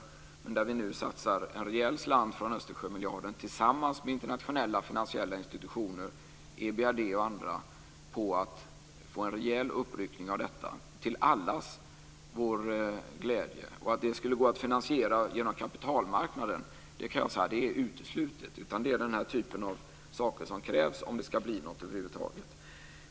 Där satsar vi nu en rejäl slant från Östersjömiljarden tillsammans med internationella finansiella institutioner, EBRD och andra, på att få en rejäl uppryckning av detta till allas vår glädje. Att det skulle gå att finansiera genom kapitalmarknaden är uteslutet. Det är den här typen av saker som krävs om det ska bli något över huvud taget.